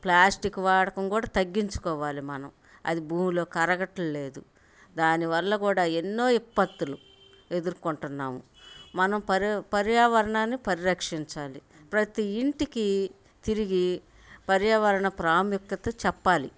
plastic వాడకం కూడా తగ్గించుకోవాలి మనం అది భూమిలో కరగట్లేదు దాని వాల్ల కూడా ఎన్నో విపత్తులు ఎదుర్కొంటున్నాము మనం పర్ పర్యావరణాన్ని పరిరక్షించాలి ప్రతీ ఇంటికి తిరిగి పర్యావరణ ప్రాముఖ్యత చెప్పాలి